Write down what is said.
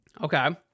Okay